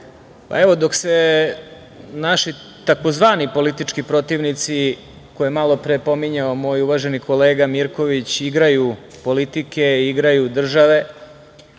evo, dok se naši tzv. politički protivnici, koje je malopre pominjao moj uvaženi kolega Mirković, igraju politike, igraju države,